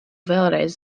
vēlreiz